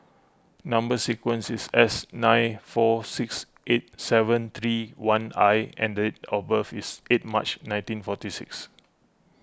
Number Sequence is S nine four six eight seven three one I and date of birth is eight March nineteen forty six